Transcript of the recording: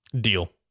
Deal